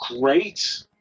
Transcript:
great